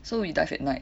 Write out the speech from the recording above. so we dive at night